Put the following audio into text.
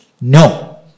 No